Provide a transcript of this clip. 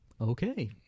okay